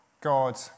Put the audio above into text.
God